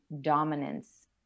dominance